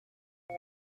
this